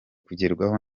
kugerwaho